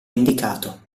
indicato